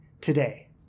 today